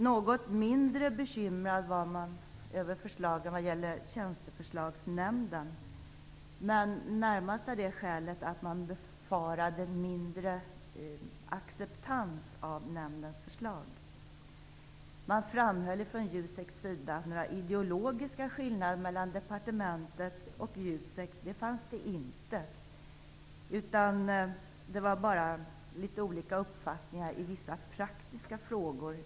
Något litet bekymrad var man över förslagen angående Tjänsteförslagsnämnden, men närmast av det skälet att man befarade mindre acceptans av nämndens förslag. Jusek framhöll att det inte fanns några ideologiska skillnader mellan departementet och Jusek. Det fanns litet olika uppfattningar i vissa praktiska frågor.